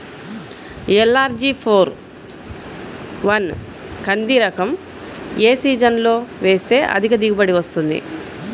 LRG four one కంది రకం ఏ సీజన్లో వేస్తె అధిక దిగుబడి వస్తుంది?